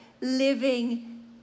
living